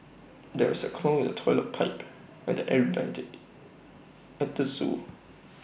there is A clog in the Toilet Pipe and the air Vents at the Zoo